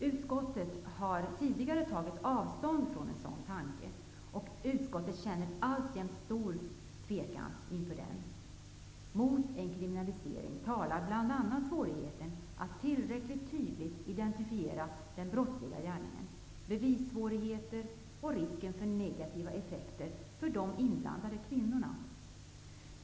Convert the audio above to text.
Utskottet har tidigare tagit avstånd från en sådan tanke och känner alltjämt stor tvekan. Mot en kriminalisering talar å ena sidan bl.a. svårigheten att tillräckligt tydligt identifiera den brottsliga gärningen, bevissvårigheten och risken för negativa effekter för de inblandade kvinnorna.